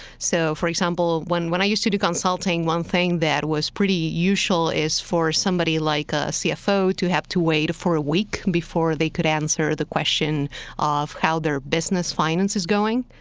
so for example, when when i used to do consulting, one thing that was pretty usual is for somebody like a cfo to have to wait for a week before they could answer the question of how their business finance is going.